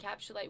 encapsulate